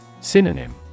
Synonym